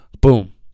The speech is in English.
boom